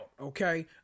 okay